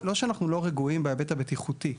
לא שאנחנו לא רגועים בהיבט הבטיחותי.